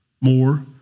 more